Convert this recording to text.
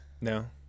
No